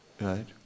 Right